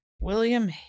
William